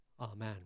Amen